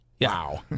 wow